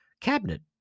Cabinet